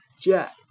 Jack